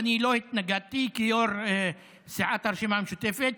ואני לא התנגדתי כיו"ר סיעת הרשימה המשותפת,